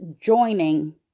joining